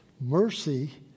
Mercy